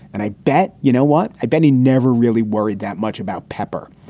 and i bet you know what? i bet he never really worried that much about pepper.